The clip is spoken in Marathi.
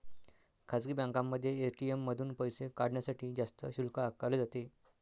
खासगी बँकांमध्ये ए.टी.एम मधून पैसे काढण्यासाठी जास्त शुल्क आकारले जाते